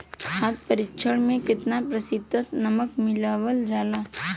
खाद्य परिक्षण में केतना प्रतिशत नमक मिलावल जाला?